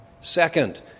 Second